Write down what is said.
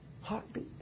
heartbeat